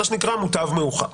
מוטב מאוחר.